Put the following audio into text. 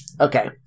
Okay